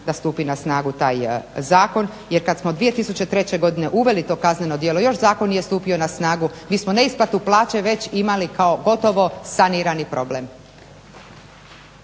da stupi na snagu taj zakon jer kad smo 2003.godine uveli to kazneno djelo još zakon nije stupio na snagu mi smo neisplatu plaće već imali kao gotovo sanirani problem.